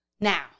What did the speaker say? Now